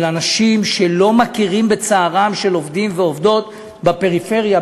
של אנשים שלא מכירים בצערם של עובדים ועובדות בפריפריה,